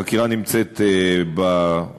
החקירה נמצאת בראשיתה.